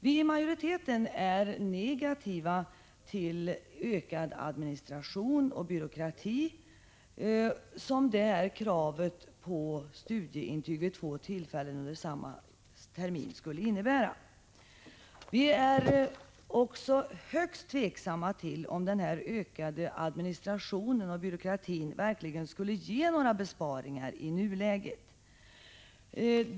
Vi i majoriteten är negativa till ökad administration och byråkrati som detta krav på studieintyg vid två tillfällen under samma termin skulle innebära. Vi är också högst tveksamma huruvida den ökade administrationen och byråkratin verkligen skulle ge besparingar i nuläget.